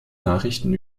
nachrichten